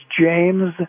James